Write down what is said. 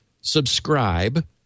subscribe